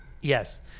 yes